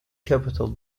capital